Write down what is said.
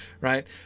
right